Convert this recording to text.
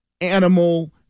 animal